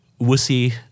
wussy